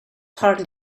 part